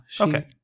okay